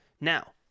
now